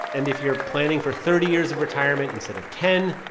and if you're planning for thirty years of retirement instead of ten,